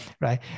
Right